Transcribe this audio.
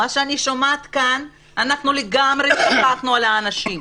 מה שאני שומעת כאן אנחנו לגמרי שכחנו מהאנשים.